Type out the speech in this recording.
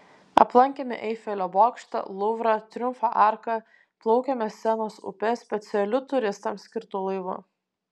aplankėme eifelio bokštą luvrą triumfo arką plaukėme senos upe specialiu turistams skirtu laivu